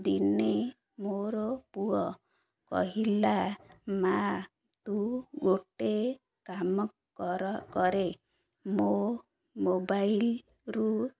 ଦିନେ ମୋର ପୁଅ କହିଲା ମା ତୁ ଗୋଟେ କାମ କର କରେ ମୋ ମୋବାଇଲ୍ରୁ